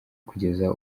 kugeza